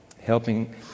helping